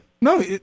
No